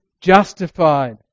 justified